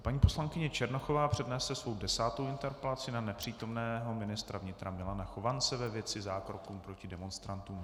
Paní poslankyně Černochová přednese svou desátou interpelaci na nepřítomného ministra vnitra Milana Chovance ve věci zákroků proti demonstrantům.